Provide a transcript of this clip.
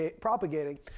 propagating